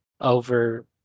over